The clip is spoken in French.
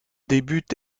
débute